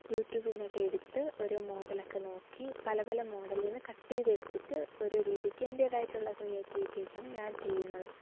യൂറ്റൂബിൽ നിന്നൊക്കെ എടുത്ത് ഓരോ മോഡൽ ഒക്കെ നോക്കി പല പല മോഡലിൽ നിന്ന് കട്ട് ചെയ്ത് എടുത്തിട്ട് ഒരു രീതിയ്ക്ക് എൻ്റെതായിട്ടൊള്ള ക്രീറ്റിവിറ്റീസ് ആണ് ഞാൻ ചെയ്യുന്നത്